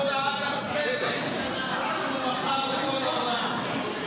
כמו באג"ח זבל שהוא מכר לכל העולם.